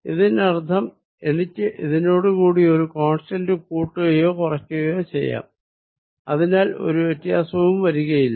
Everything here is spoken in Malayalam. ഇതിനർത്ഥം എനിക്ക് ഇതിനോട് കൂടി ഒരു കോൺസ്റ്റന്റ് കൂട്ടുകയോ കുറയ്ക്കുകയോ ചെയ്യാം അതിനാൽ ഒരു വ്യത്യാസവും വരികയില്ല